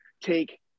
take